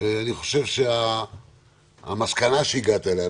אני חושב שהמסקנה שהגעת אליה,